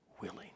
willing